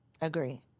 Agree